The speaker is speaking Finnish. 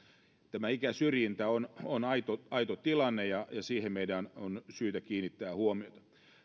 tämä ikäsyrjintä on on aito aito tilanne ja siihen meidän on syytä kiinnittää huomiota